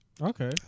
Okay